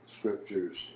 scriptures